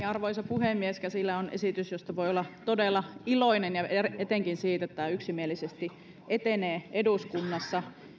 arvoisa puhemies käsillä on esitys josta voi olla todella iloinen etenkin siitä että tämä yksimielisesti etenee eduskunnassa